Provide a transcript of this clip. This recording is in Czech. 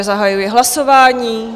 Zahajuji hlasování.